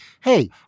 hey